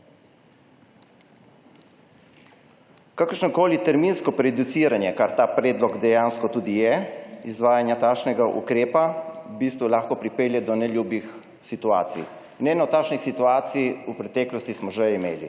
Kakršnokoli terminsko prejudiciranje, kar ta predlog dejansko tudi je, izvajanja takšnega ukrepa lahko v bistvu pripelje do neljubih situacij. Eno takšnih situacij smo v preteklosti že imeli